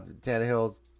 Tannehill's